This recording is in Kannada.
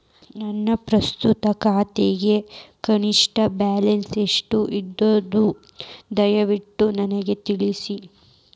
ನನ್ನ ಪ್ರಸ್ತುತ ಖಾತೆಗೆ ಕನಿಷ್ಟ ಬ್ಯಾಲೆನ್ಸ್ ಎಷ್ಟು ಎಂದು ದಯವಿಟ್ಟು ನನಗೆ ತಿಳಿಸಿ